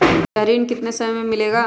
यह ऋण कितने समय मे मिलेगा?